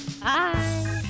bye